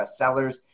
bestsellers